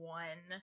one